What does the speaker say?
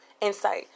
insight